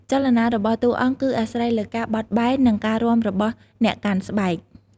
ចលនារបស់តួអង្គគឺអាស្រ័យលើការបត់បែន និងការរាំរបស់អ្នកកាន់ស្បែក។